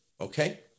okay